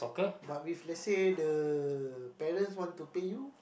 but we let's say the parent wants to pay you